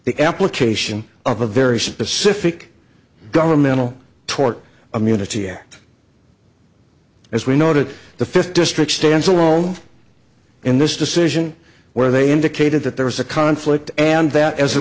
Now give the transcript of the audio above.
the application of a very specific governmental tort i'm unity or as we noted the fifth district stands alone in this decision where they indicated that there was a conflict and that as a